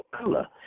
color